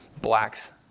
Blacks